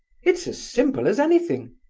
it's as simple as anything.